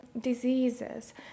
diseases